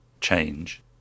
change